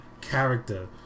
character